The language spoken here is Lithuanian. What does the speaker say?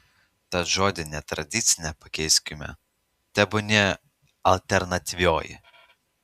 tad žodį netradicinė pakeiskime tebūnie alternatyvioji